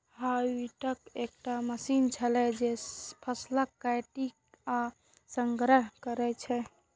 harvester एकटा machine छियै, जे फसलक कटाइ आ संग्रहण करै छै